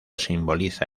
simboliza